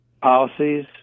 policies